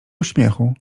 śmiechu